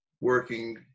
working